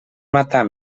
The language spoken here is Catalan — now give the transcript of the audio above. matar